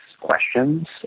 Questions